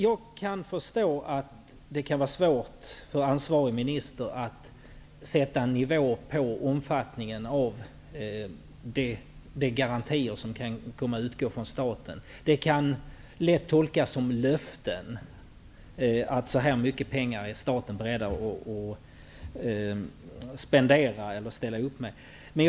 Jag kan förstå att det är svårt för den ansvarige ministern att sätta en nivå på omfattningen av de garantier som kan komma att utgå från staten. Det kan lätt tolkas som ett löfte om att staten är beredd att spendera eller ställa upp med så mycket pengar.